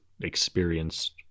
experienced